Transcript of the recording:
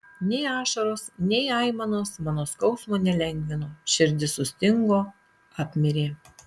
nei ašaros nei aimanos mano skausmo nelengvino širdis sustingo apmirė